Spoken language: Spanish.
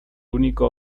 único